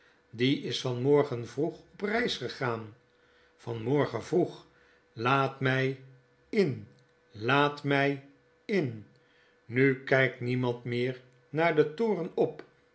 die is van morgen vroeg op reis gegaan van morgen vroeg laat mfl in laat mfl in i nu kflkt niemand meer naar den toren op